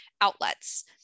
outlets